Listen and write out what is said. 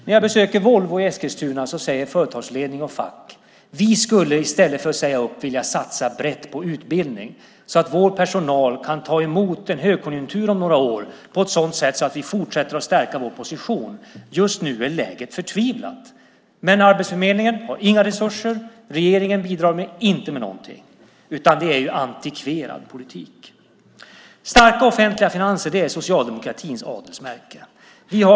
När jag besöker Volvo i Eskilstuna säger företagsledning och fack: Vi skulle i stället för att säga upp vilja satsa brett på utbildning så att vår personal kan ta emot en högkonjunktur om några år och så att vi fortsätter att stärka vår position. Just nu är läget förtvivlat. Men Arbetsförmedlingen har inga resurser. Regeringen bidrar inte med någonting, utan det är antikverad politik. Starka offentliga finanser är socialdemokratins adelsmärke.